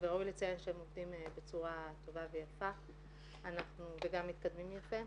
וראוי לציין שהם עובדים בצורה טובה ויפה וגם מתקדמים יפה.